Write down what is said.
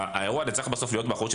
האירוע הזה צריך להיות בסוף באחריות של